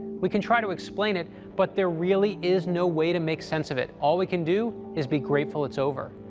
we can try to explain it, but there really is no way to make sense of it. all we can do is be grateful it's over.